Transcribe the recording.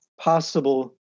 possible